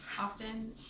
often